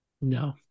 No